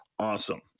Awesome